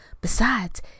Besides